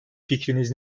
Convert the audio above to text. fikriniz